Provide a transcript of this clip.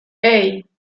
hey